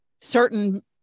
certain